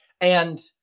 And-